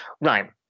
Right